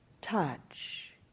touch